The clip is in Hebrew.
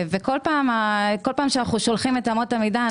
כל פעם שאנו שולחים את אמות המידה,